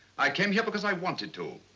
i came here because i wanted to,